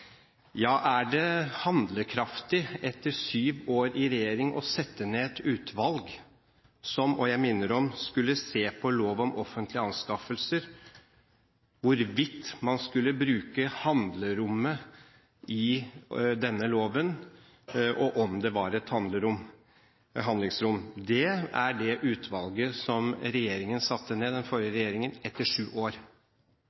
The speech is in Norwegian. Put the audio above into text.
Er det handlekraftig etter sju år i regjering å sette ned et utvalg som – og jeg minner om det – skulle se på lov om offentlige anskaffelser, hvorvidt man skulle bruke handlingsrommet i denne loven, og om det var et handlingsrom? Det er det utvalget som den forrige regjeringen satte ned